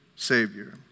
Savior